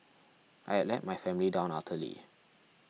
I had let my family down utterly